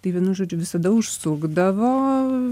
tai vienu žodžiu visada užsukdavo